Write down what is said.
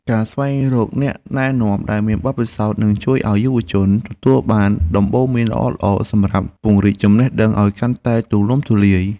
ការស្វែងរកអ្នកណែនាំដែលមានបទពិសោធន៍នឹងជួយឱ្យយុវជនទទួលបានដំបូន្មានល្អៗសម្រាប់ពង្រីកចំណេះដឹងឱ្យកាន់តែទូលំទូលាយ។